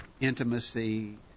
intimacy